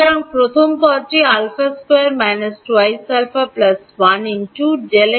সুতরাং প্রথম পদটি হবে α2 2α 1 × Δx cΔt 2